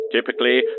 Typically